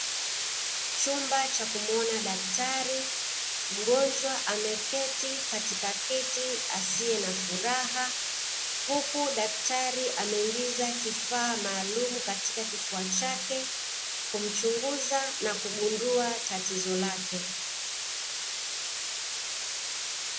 Chumba cha kumuona daktari. Mgonjwa ameketi katika kiti asiye na furaha huku daktari ameingiza kifaa maalumu katika kifua chake, kumchunguza na kugundua tatizo lake.